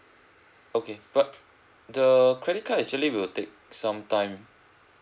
okay but the credit card actually will take some time